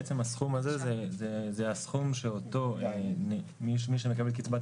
בעצם הסכום הזה זה הסכום שאותו מי שמקבל קבצת